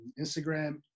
Instagram